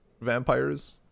vampires